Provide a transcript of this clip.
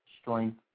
strength